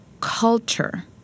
culture